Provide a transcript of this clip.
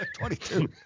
22